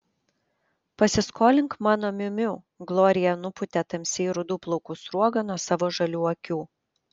pasiskolink mano miu miu glorija nupūtė tamsiai rudų plaukų sruogą nuo savo žalių akių